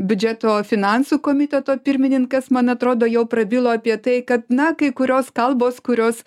biudžeto finansų komiteto pirmininkas man atrodo jau prabilo apie tai kad na kai kurios kalbos kurios